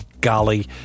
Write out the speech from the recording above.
golly